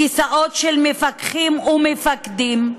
כיסאות של מפקחים ומפקדים,